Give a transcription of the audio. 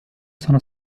sono